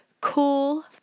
cool